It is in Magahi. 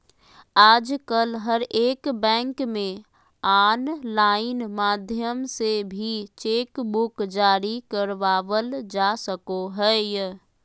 आजकल हरेक बैंक मे आनलाइन माध्यम से भी चेक बुक जारी करबावल जा सको हय